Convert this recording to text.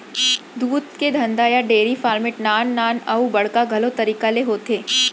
दूद के धंधा या डेरी फार्मिट नान नान अउ बड़का घलौ तरीका ले होथे